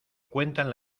cuentan